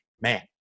man